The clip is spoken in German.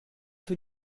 für